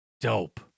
dope